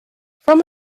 from